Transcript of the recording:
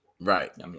Right